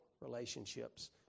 relationships